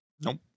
Nope